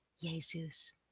Jesus